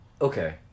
Okay